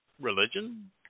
religion